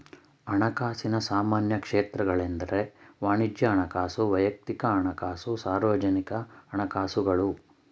ಹಣಕಾಸಿನ ಸಾಮಾನ್ಯ ಕ್ಷೇತ್ರಗಳೆಂದ್ರೆ ವಾಣಿಜ್ಯ ಹಣಕಾಸು, ವೈಯಕ್ತಿಕ ಹಣಕಾಸು, ಸಾರ್ವಜನಿಕ ಹಣಕಾಸುಗಳು